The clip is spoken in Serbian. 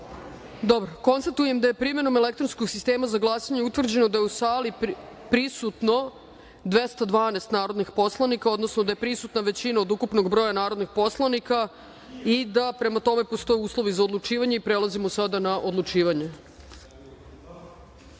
glasanje. Konstatujem da je primenom elektronskog sistema za glasanje utvrđeno da je u sali prisutno 212 narodnih poslanika, odnosno da je prisutna većina od ukupnog broja narodnih poslanika i da postoje uslovi za odlučivanje. Prelazimo sada na odlučivanje. Narodni